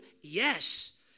Yes